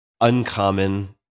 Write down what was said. uncommon